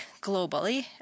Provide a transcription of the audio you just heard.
globally